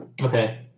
Okay